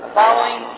following